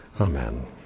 Amen